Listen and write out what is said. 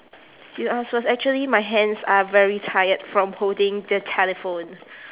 you ask first actually my hands are very tired from holding the telephone